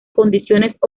condiciones